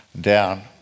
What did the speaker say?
down